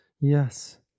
Yes